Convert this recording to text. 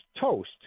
toast